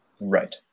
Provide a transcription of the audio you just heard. Right